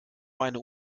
meine